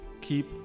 keep